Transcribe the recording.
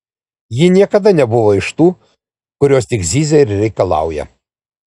ji niekada nebuvo iš tų kurios tik zyzia ir reikalauja